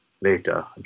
later